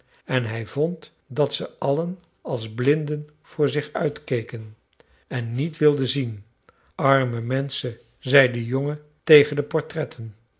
en hij vond dat ze allen als blinden voor zich uit keken en niet wilden zien arme menschen zei de jongen tegen de portretten